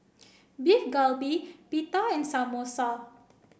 Beef Galbi Pita and Samosa